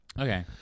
Okay